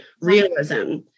realism